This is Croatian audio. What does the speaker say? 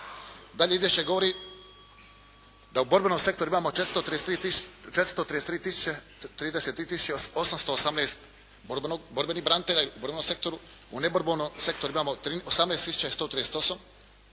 Dalje izvješće govori da u borbenom sektoru imamo 433818 borbenih branitelja u borbenom sektoru.